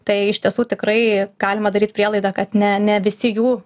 tai iš tiesų tikrai galima daryt prielaidą kad ne ne visi jų